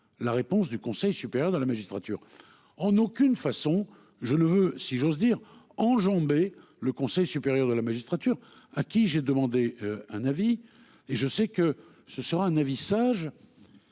la réponse du Conseil supérieur de la magistrature en aucune façon, je ne veux si j'ose dire enjamber le Conseil supérieur de la magistrature, à qui j'ai demandé un avis et je sais que ce sera un avis, sage.